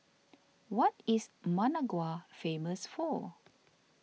what is Managua famous for